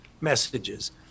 messages